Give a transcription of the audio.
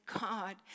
God